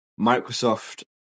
Microsoft